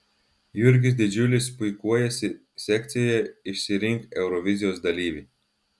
jurgis didžiulis puikuojasi sekcijoje išsirink eurovizijos dalyvį